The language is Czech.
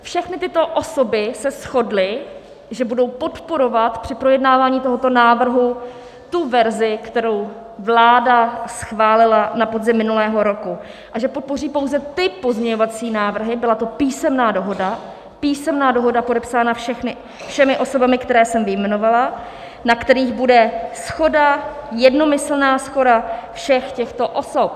Všechny tyto osoby se shodly, že budou podporovat při projednávání tohoto návrhu tu verzi, kterou vláda schválila na podzim minulého roku, a že podpoří pouze ty pozměňovací návrhy byla to písemná dohoda, podepsaná všemi osobami, které jsem vyjmenovala na kterých bude jednomyslná shoda všech těchto osob.